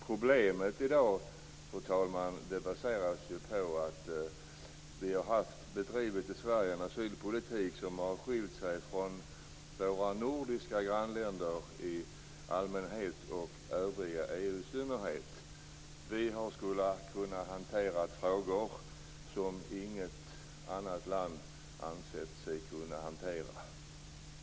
Problemet i dag, fru talman, baseras på att vi i Sverige har bedrivit en asylpolitik som har skilt sig från den i våra nordiska grannar i allmänhet och i övriga EU-länder i synnerhet. Vi ska ha kunnat hantera frågor som inget annat land ansett sig kunna hantera.